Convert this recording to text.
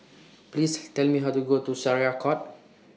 Please Tell Me How to get to Syariah Court